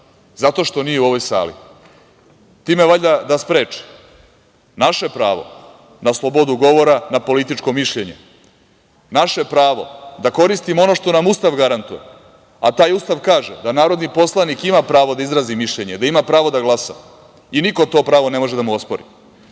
zato što nije u ovoj sali, a time valjda da spreči naše pravo na slobodu govora, na političko mišljenje. Naše pravo da koristimo ono što nam Ustav garantuje, a taj Ustav kaže da narodni poslanik ima pravo da izrazi mišljenje, da ima pravo da glasa, i niko to pravo ne može da mu ospori.